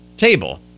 table